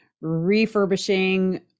refurbishing